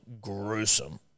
gruesome